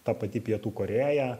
ta pati pietų korėja